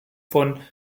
von